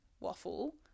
waffle